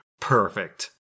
Perfect